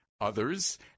others